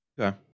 Okay